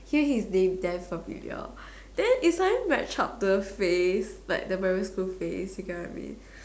hear his name damn familiar then it suddenly match up to the face like the primary school face you get what I mean